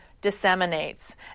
disseminates